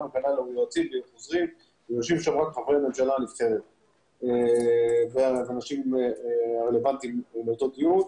יושבים שם רק חברי הממשלה הנבחרת והאנשים הרלוונטיים לאותו דיון.